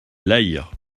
lahire